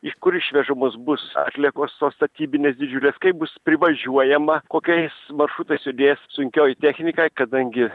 iš kur išvežamos bus atliekos tos statybinės didžiulės kaip bus privažiuojama kokiais maršrutais judės sunkioji technika kadangi